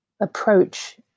approach